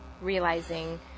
realizing